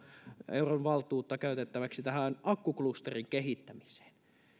euron valtuutta käytettäväksi akkuklusterin kehittämiseen